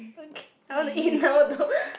okay I want to eat now though